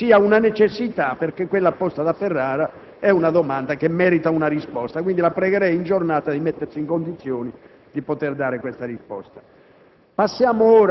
Credo che sia una necessità perché quella posta dal senatore Ferrara è una domanda che merita una risposta; quindi pregherei, in giornata, di essere messi in condizione di poter dare una risposta.